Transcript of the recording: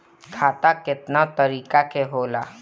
खाता केतना तरीका के होला?